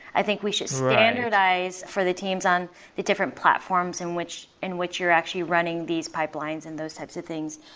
i think we should standardize for the teams on the different platforms in which in which you're actually running these pipelines and those types of things.